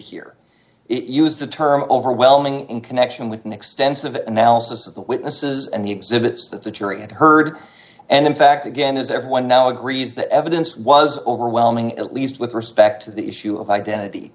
here it used the term overwhelming in connection with an extensive analysis of the witnesses and the exhibits that the jury had heard and in fact again as everyone now agrees that evidence was overwhelming at least with respect to the issue of identity